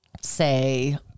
say